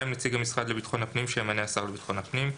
נציג המשרד לביטחון הפנים שימנה השר לביטחון הפנים.